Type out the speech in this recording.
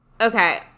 Okay